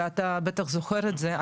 ואתה בטח זוכר את זה,